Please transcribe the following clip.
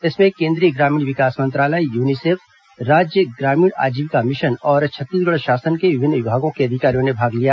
इसमें केन्द्रीय ग्रामीण विकास मंत्रालय यूनिसेफ राज्य ग्रामीण आजीविका मिशन और छत्तीसगढ़ शासन के विभिन्न विभागों के अधिकारियों ने भाग लिया